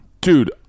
Dude